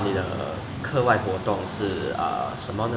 我的课外活动是其时你可以 just 自然讲